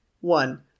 One